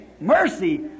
mercy